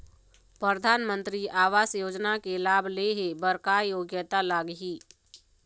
परधानमंतरी आवास योजना के लाभ ले हे बर का योग्यता लाग ही?